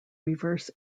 reverse